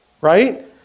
right